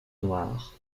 noire